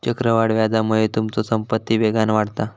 चक्रवाढ व्याजामुळे तुमचो संपत्ती वेगान वाढता